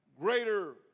greater